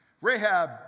Rahab